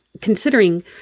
considering